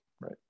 Right